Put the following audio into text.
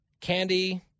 candy